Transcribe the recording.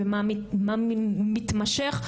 ומה מתמשך,